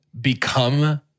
become